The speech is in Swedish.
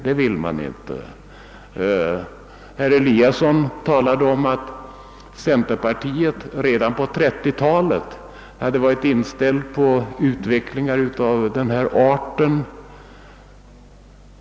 Herr Eliasson i Sundborn talade om att centerpartiet redan på 1930-talet varit inställt på en utveckling av denna art.